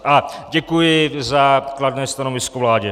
A děkuji za kladné stanovisko vládě.